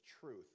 truth